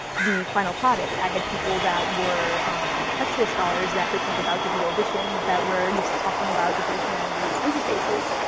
the final product. i had people that were textual scholars that could think about digital editions, that were and used to talking about digital humanities interfaces,